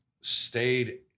stayed